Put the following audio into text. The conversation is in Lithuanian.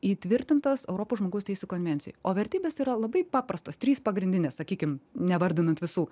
įtvirtintas europos žmogaus teisių konvencijoj o vertybės yra labai paprastos trys pagrindinės sakykim nevardinant visų